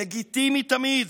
לגיטימי תמיד,